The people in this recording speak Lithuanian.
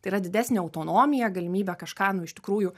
tai yra didesnė autonomija galimybė kažką nu iš tikrųjų